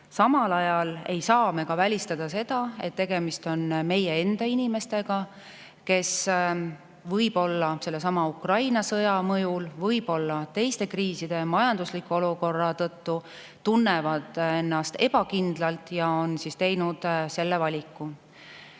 Samal ajal ei saa me ka välistada seda, et tegemist on meie enda inimestega, kes võib-olla sellesama Ukraina sõja mõjul, võib-olla teiste kriiside, majandusliku olukorra tõttu tunnevad ennast ebakindlalt ja on teinud selle valiku. Mida